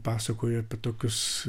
pasakoja apie tokius